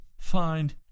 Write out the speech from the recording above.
find